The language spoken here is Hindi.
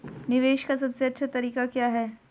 निवेश का सबसे अच्छा तरीका क्या है?